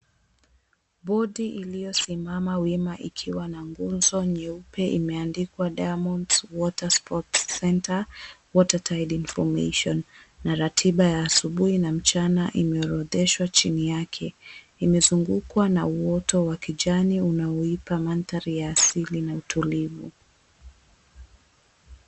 Boti iliyosimama wima nyuma ikiwa na nguzo nyeupe imeandikwa, Diamond Water Sport Center Water Tide Information, ina ratiba ya mchana na asubuhi imeorodeshwa chini yake. Imezungukwa na uoto wa kijani inayoipa mandhari ya asili na utulivu.